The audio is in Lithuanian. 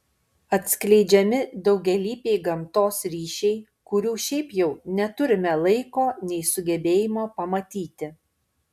atskleidžiami daugialypiai gamtos ryšiai kurių šiaip jau neturime laiko nei sugebėjimo pamatyti